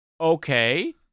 Okay